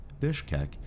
Bishkek